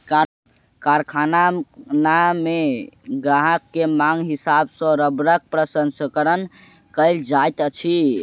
कारखाना मे ग्राहक के मांगक हिसाब सॅ रबड़क प्रसंस्करण कयल जाइत अछि